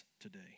today